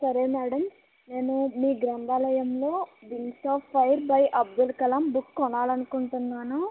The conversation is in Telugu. సరే మేడం నేను మీ గ్రంథాలయంలో wings of fire by Abdul Kalam book కొనాలి అనుకుంటున్నాను